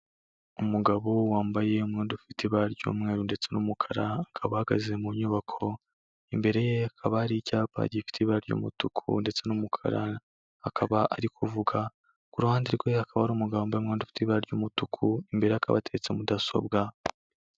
Umugabo wambaye umwenda ufite ibara ry'umweru ndetse n'umukara, akaba ahagaze mu nyubako, imbere ye hakaba hari icyapa gifite ibara ry'umutuku ndetse n'umukara, akaba ari kuvuga, ku ruhande rwe hakaba hari umugabo wambaye umwenda ufite ibara ry'umutuku, imbere ye hakaba hateretse mudasobwa.